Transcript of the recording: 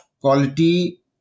quality